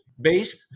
based